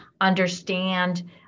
understand